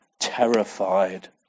terrified